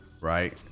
right